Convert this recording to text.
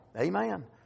Amen